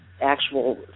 actual